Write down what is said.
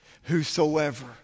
whosoever